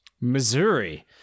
Missouri